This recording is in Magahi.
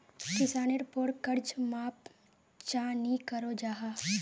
किसानेर पोर कर्ज माप चाँ नी करो जाहा?